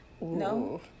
No